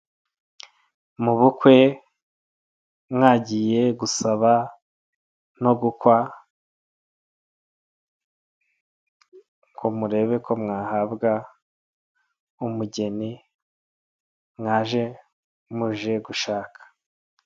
Mubukwe mwagiye gusaba no gukwa ngo murebe ko mwahabwa umugeni, mwaje muje gushaka.